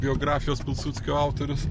biografijos pilsudskio autorius